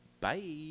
Bye